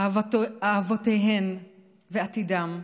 אהבותיהן ועתידן,